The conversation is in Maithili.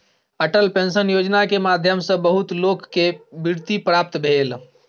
अटल पेंशन योजना के माध्यम सॅ बहुत लोक के वृत्ति प्राप्त भेल